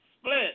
split